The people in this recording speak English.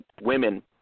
women